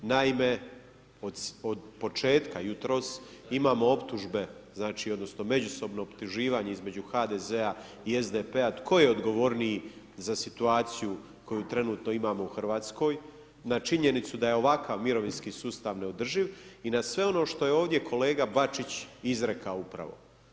Naime, od početka jutros imamo optužbe znači odnosno međusobno optuživanje između HDZ-a i SDP-a tko je odgovorniji za situaciju koju trenutno imamo u Hrvatskoj na činjenicu da je ovakav mirovinski sustav neodrživ i na sve ono što je ovdje kolega Bačić izrekao upravo.